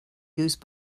goose